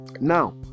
now